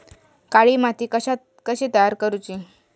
काळी माती कशी तयार करूची?